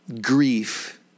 grief